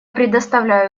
предоставляю